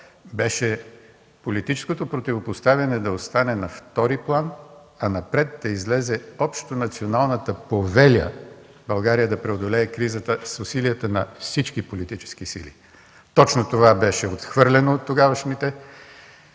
беше политическото противопоставяне да остане на втори план, а напред да излезе общонационалната повеля България да преодолее кризата с усилията на всички политически сили. Точно това беше отхвърлено от тогавашните